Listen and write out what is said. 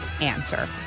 answer